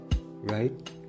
right